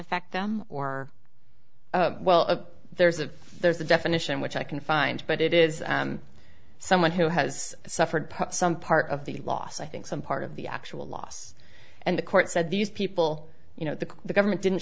affect them or well there's a there's a definition which i can find but it is someone who has suffered some part of the loss i think some part of the actual loss and the court said these people you know the the government didn't